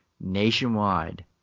nationwide